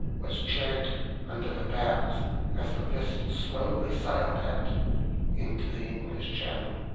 was chanted under the bows as the vessel slowly sailed out into the english channel,